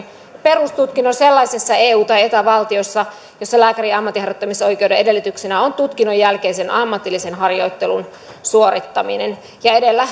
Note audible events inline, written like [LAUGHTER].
perustutkinnon sellaisessa eu tai eta valtiossa jossa lääkärin ammatinharjoittamisoikeuden edellytyksenä on tutkinnon jälkeisen ammatillisen harjoittelun suorittaminen edellä [UNINTELLIGIBLE]